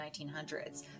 1900s